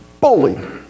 bowling